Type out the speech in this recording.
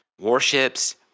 Warships